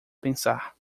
pensar